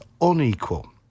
unequal